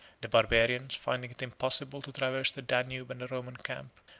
the barbarians, finding it impossible to traverse the danube and the roman camp,